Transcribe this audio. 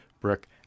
brick